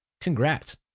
congrats